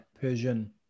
Persian